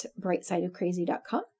brightsideofcrazy.com